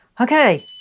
Okay